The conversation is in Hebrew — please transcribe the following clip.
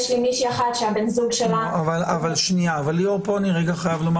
יש לי מישהו אחת -- ליאור שנייה, אני חייב לומר